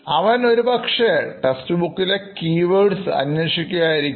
അവൻ ഒരുപക്ഷേ ടെസ്റ്റ് ബുക്കിലെ കീവേഡുകൾഅന്വേഷിക്കുക ആയിരിക്കും